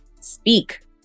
speak